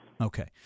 Okay